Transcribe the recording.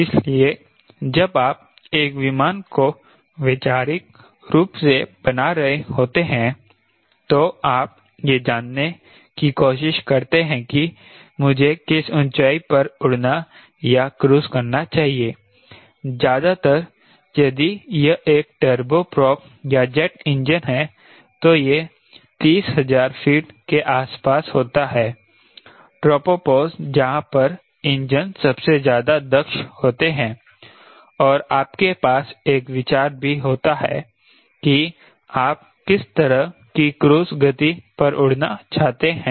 इसलिए जब आप एक विमान को वैचारिक रूप से बना रहे होते हैं तो आप यह जानने की कोशिश करते हैं कि मुझे किस ऊँचाई पर उड़ना या क्रूज़ करना चाहिए ज्यादातर यदि यह एक टर्बो प्रोप या जेट इंजन है तो यह 30000 फीट के आस पास होता है ट्रोपोपॉज़ जहाँ पर इंजन सबसे ज्यादा दक्ष होते हैं और आपके पास एक विचार भी होता है कि आप किस तरह की क्रूज़ गति पर उड़ना चाहते हैं